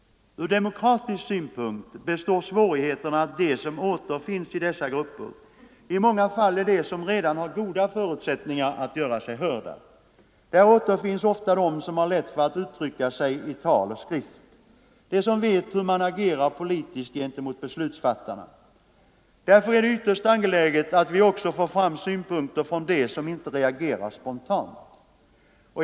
Ur demokratisk synvinkel består svårigheterna i att de som återfinns i dessa grupper i många fall är de som redan har goda förutsättningar att göra sig hörda. Där återfinns ofta de som har lätt för att uttrycka sig i tal och skrift, de som vet hur man agerar politiskt gentemot beslutsfattarna. Därför är det ytterst angeläget att vi också får fram synpunkter från dem som inte reagerar spontant.